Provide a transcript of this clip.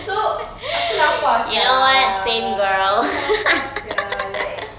so aku lapar [sial] aku lapar [sial] like